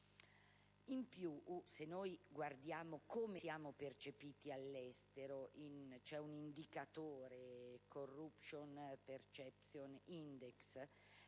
In più, se noi guardiamo come siamo percepiti all'estero, il *Corruption perception index,*